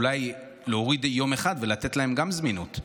אולי להוריד יום אחד ולתת להם גם זמינות.